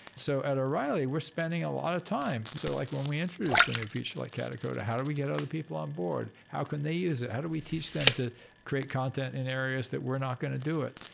so at o'reilly, we're spending a lot of time. so like when we introduced and a new feature like katacoda, how do we get other people on board? how can they use it? how do we teach them to create content in areas that we're not going to do it?